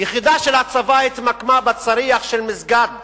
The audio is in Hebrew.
יחידה של הצבא התמקמה בצריח של מסגד